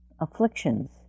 afflictions